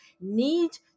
need